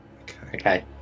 Okay